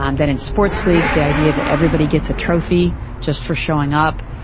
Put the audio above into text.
um then in sports leagues the idea that everybody gets a trophy just for showing up,